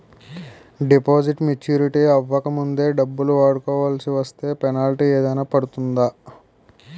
Deposit maturity అవ్వక ముందే డబ్బులు వాడుకొవాల్సి వస్తే పెనాల్టీ ఏదైనా పడుతుందా?